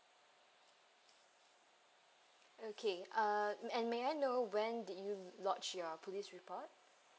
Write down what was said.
okay uh and may I know when did you lodge your police report